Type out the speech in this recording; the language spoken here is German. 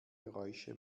geräusche